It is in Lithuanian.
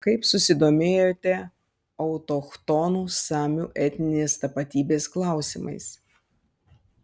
kaip susidomėjote autochtonų samių etninės tapatybės klausimais